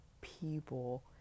people